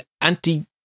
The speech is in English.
anti